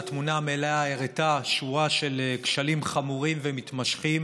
התמונה המלאה הראתה שורה של כשלים ארוכים ומתמשכים